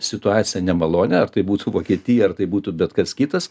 situaciją nemalonią ar tai būtų vokietija ar tai būtų bet kas kitas